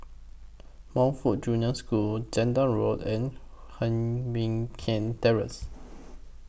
Montfort Junior School Zehnder Road and Heng Mui Keng Terrace